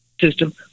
system